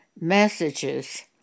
messages